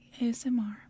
ASMR